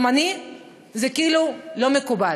זה כאילו לא מקובל.